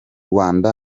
rwanda